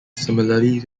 similarly